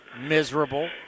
Miserable